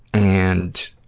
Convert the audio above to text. and,